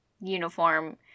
uniform